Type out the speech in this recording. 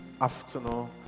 afternoon